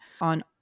on